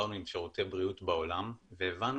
דיברנו עם שירותי בריאות בעולם והבנו